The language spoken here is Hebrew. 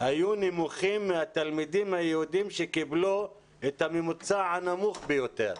היו נמוכים מהתלמידים היהודים שקיבלו את הממוצע הנמוך ביותר.